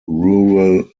rural